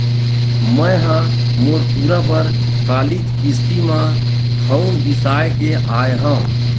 मैय ह मोर टूरा बर कालीच किस्ती म फउन बिसाय के आय हँव